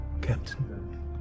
Captain